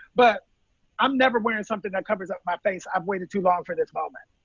but i'm never wearing something that covers up my face. i've waited too long for this moment.